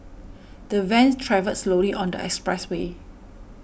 the van travelled slowly on the expressway